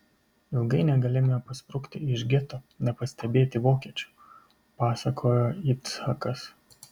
ilgai negalėjome pasprukti iš geto nepastebėti vokiečių pasakojo yitzhakas